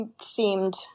seemed